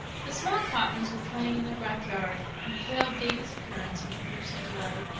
the small cottons were playing in their back yard, and hailed davy's appearance with whoops of delight.